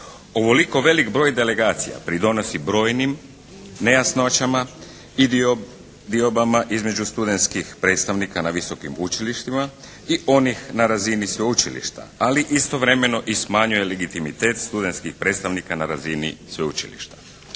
Ovoliko veliki broj delegacija pridonosi brojnim nejasnoćama i diobama između studenskih predstavnika na visokim učilištima i onih na razini sveučilišta. Ali istovremeno i smanjuje legitimitet studenskih predstavnika na razini sveučilišta.